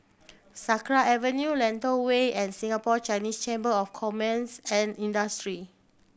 Sakra Avenue Lentor Way and Singapore Chinese Chamber of Commerce and Industry